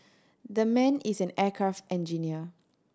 that man is an aircraft engineer